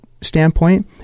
standpoint